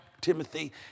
Timothy